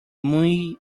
muy